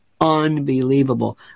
unbelievable